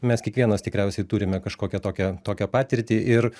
mes kiekvienas tikriausiai turime kažkokią tokią tokią patirtį ir